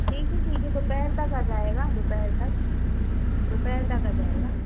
ठीक है ठीक है दोपहर तक आ जाएगा दोपहर तक दोपहर तक आ जाएगा